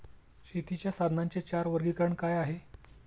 शेतीच्या साधनांचे चार वर्गीकरण काय आहे?